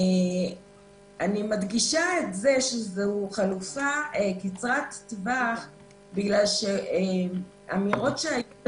אני מדגישה את זה שזו חלופה קצרת טווח בגלל שאמירות שהיו,